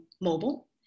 Mobile